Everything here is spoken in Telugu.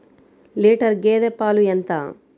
లీటర్ గేదె పాలు ఎంత?